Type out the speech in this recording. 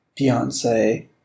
Beyonce